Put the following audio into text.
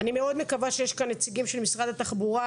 אני מאוד מקווה שיש כאן נציגים של משרד התחבורה,